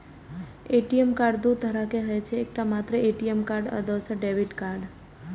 ATM card दू तरहक होइ छै, एकटा मात्र ए.टी.एम कार्ड आ दोसर डेबिट कार्ड